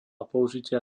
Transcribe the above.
použitia